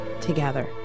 together